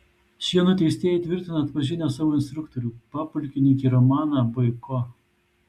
šie nuteistieji tvirtina atpažinę savo instruktorių papulkininkį romaną boiko